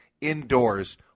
indoors